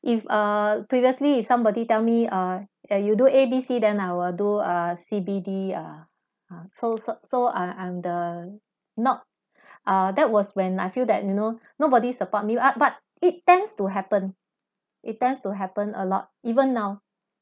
if uh previously if somebody tell me uh ya you do A B C then I will do uh C B D uh uh so so uh uh I'm the not uh that was when I feel that you know nobody support me up but it tends to happen it tends to happen a lot even now